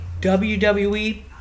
WWE